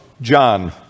John